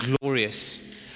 Glorious